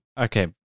okay